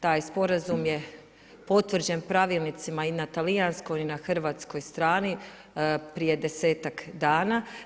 Taj sporazum je potvrđen pravilnicima i na talijanskoj i na hrvatskoj strani prije desetak dana.